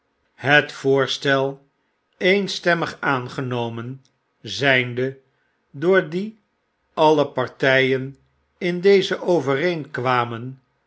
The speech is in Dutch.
het voorstel eenstemmig aangenomen zynde doordien alle partyen in deze overeenkwamen